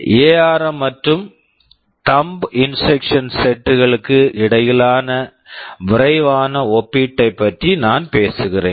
ARM ARM மற்றும் thumb instruction set thumb instruction set களுக்கு இடையிலான விரைவான ஒப்பீட்டை பற்றி நான் பேசுகிறேன்